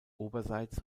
oberseits